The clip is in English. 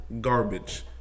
garbage